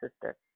sister